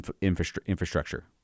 infrastructure